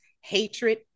hatred